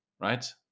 right